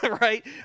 right